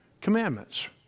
commandments